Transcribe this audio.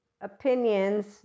opinions